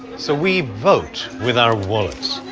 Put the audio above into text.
so. we vote with our wallets,